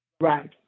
Right